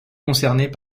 concernés